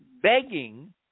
begging